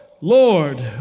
Lord